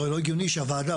לא הגיוני שהוועדה,